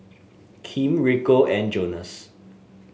Kim Rico and Jonas